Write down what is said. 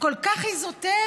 כל כך אזוטרית,